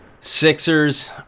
Sixers